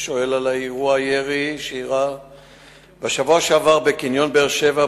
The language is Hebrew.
שואל על אירוע ירי שאירע בשבוע שעבר בקניון באר-שבע,